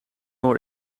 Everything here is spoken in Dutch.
oor